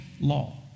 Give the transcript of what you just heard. law